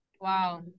wow